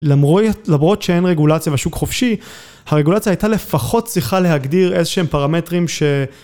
למרות שאין רגולציה בשוק חופשי, הרגולציה הייתה לפחות צריכה להגדיר איזה שהם פרמטרים ש...